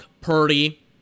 Purdy